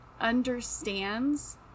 understands